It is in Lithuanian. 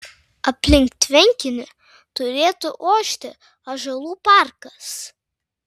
aplink tvenkinį turėtų ošti ąžuolų parkas